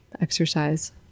exercise